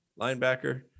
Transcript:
Linebacker